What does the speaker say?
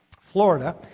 Florida